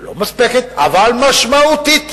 לא מספקת אבל משמעותית,